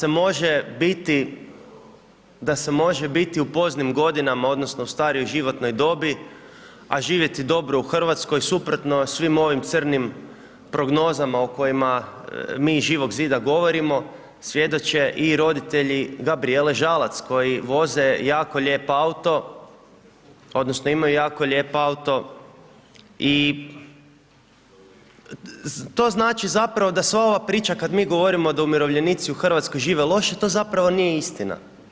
Evo, da se može biti u poznim godinama, odnosno, u starijem životnoj dobi, a živjeti dobro u Hrvatskoj, suprotno svim ovim crnim prognozama o kojima mi iz Živog zida govorimo, svjedoče i roditelji Gabrijele Žalac, koji voze jako lijep auto, odnosno, imaju jako lijep auto i to znači zapravo da sva ova priča kada mi govorimo da umirovljenici u Hrvatskoj žive loše, to zapravo nije istina.